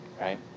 Right